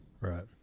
Right